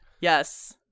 Yes